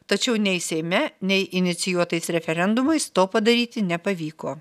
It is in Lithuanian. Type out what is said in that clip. tačiau nei seime nei inicijuotais referendumais to padaryti nepavyko